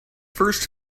first